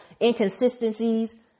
inconsistencies